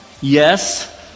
Yes